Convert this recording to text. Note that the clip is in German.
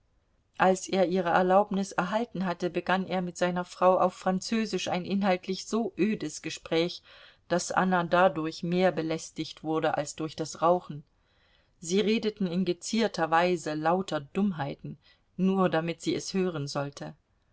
als er ihre erlaubnis er halten hatte begann er mit seiner frau auf französisch ein inhaltlich so ödes gespräch daß anna dadurch mehr belästigt wurde als durch das rauchen sie redeten in gezierter weise lauter dummheiten nur damit sie es hören sollte